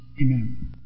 Amen